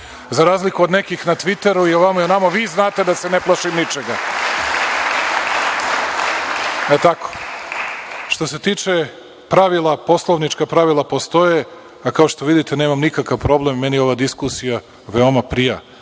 Za razliku od nekih na Tviteru i ovamo i onamo, vi znate da se ne plašim ničega. Što se tiče pravila, poslovnička pravila postoje, a kao što vidite nemam nikakav problem, meni ova diskusija veoma prija,